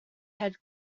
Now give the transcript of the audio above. head